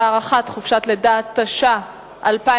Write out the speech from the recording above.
49) (הארכת חופשת לידה), התש"ע 2009,